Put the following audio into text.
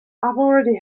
already